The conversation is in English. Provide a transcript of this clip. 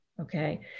Okay